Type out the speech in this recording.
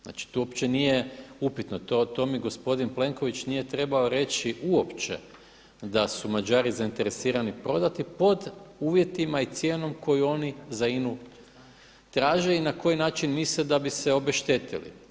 Znači tu opće nije upitno, to mi gospodin Plenković nije trebao reći uopće da su Mađari zainteresirani prodati pod uvjetima i cijenom koju oni za INA-u traže i na koji način misle da bi se obeštetili.